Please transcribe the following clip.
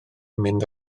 mynd